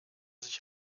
sich